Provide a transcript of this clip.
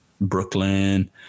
Brooklyn